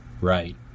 right